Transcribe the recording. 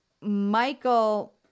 Michael